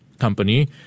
company